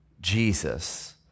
Jesus